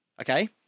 okay